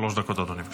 שלוש דקות, אדוני.